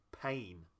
pain